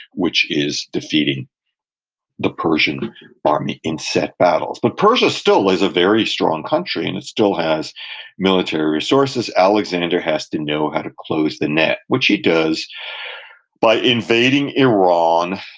which is defeating the persian army in set battles but persia still is a very strong country, and it still has military resources. alexander has to know how to close the net, which he does by invading iran,